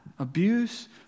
Abuse